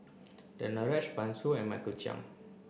Danaraj Pan Shou and Michael Chiang